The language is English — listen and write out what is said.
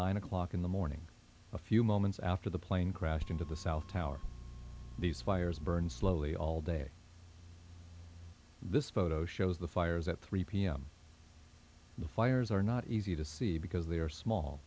nine o'clock in the morning a few moments after the plane crashed into the south tower these fires burn slowly all day this photo shows the fires at three p m the fires are not easy to see because they are small